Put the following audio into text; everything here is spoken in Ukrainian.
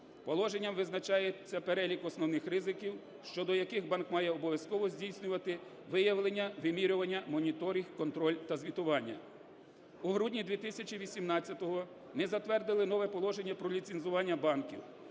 Положенням визначається перелік основних ризиків, щодо яких банк має обов'язково здійснювати виявлення, вимірювання, моніторинг, контроль та звітування. У грудні 2018-го ми затвердили нове положення про ліцензування банків.